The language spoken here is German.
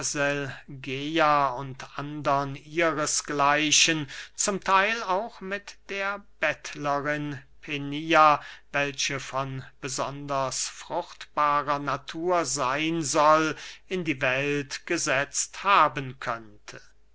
und andern ihres gleichen zum theil auch mit der bettlerin penia welche von besonders fruchtbarer natur seyn soll in die welt gesetzt haben könnte